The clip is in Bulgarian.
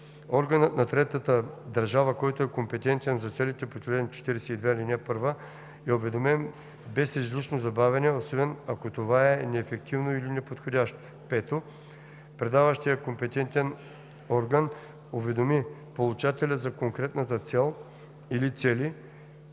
органът на третата държава, който е компетентен за целите по чл. 42, ал. 1, е уведомен без излишно забавяне, освен ако това е неефективно или неподходящо; 5. предаващият компетентен орган уведоми получателя за конкретната цел или цели,